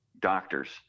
doctors